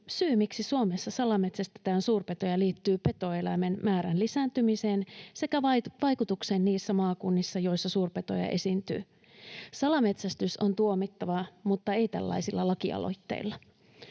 Syy, miksi Suomessa salametsästetään suurpetoja, liittyy petoeläimien määrän lisääntymiseen sekä vaikutuksiin niissä maakunnissa, joissa suurpetoja esiintyy. Salametsästys on tuomittavaa, mutta ei tällaisilla lakialoitteilla.